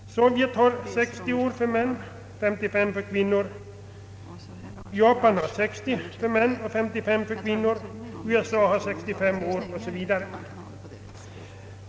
Sovjet har 60 år för män och 55 år för kvinnor, Japan 60 år för män och 55 år för kvinnor, USA 65 år, 0. s. V.